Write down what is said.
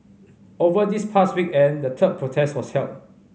over this past weekend the third protest was held